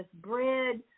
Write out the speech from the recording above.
bread